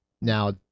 Now